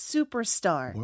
Superstar